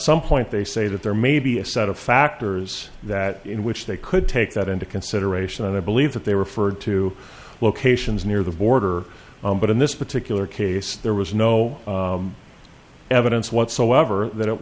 some point they say that there may be a set of factors that in which they could take that into consideration and i believe that they referred to locations near the border but in this particular case there was no evidence whatsoever that